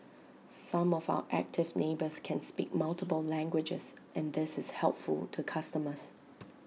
some of our active neighbours can speak multiple languages and this is helpful to customers